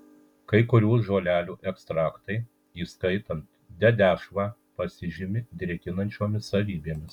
kai kurių žolelių ekstraktai įskaitant dedešvą pasižymi drėkinančiomis savybėmis